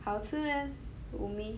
好吃 meh uni